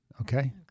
Okay